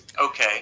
okay